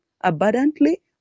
abundantly